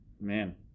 man